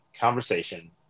conversation